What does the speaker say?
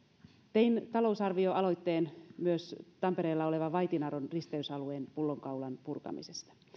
tein talousarvioaloitteen myös tampereella olevan vaitinaron risteysalueen pullonkaulan purkamisesta